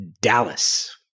Dallas